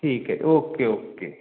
ठीक है okay okay